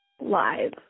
live